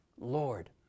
Lord